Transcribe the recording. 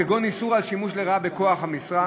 כגון איסור על שימוש לרעה בכוח המשרה,